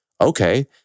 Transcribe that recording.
Okay